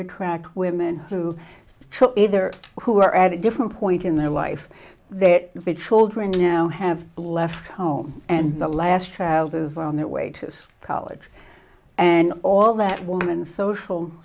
attract women who are true either who are at a different point in their life their children now have left home and the last child is on their way to college and all that woman social